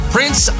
Prince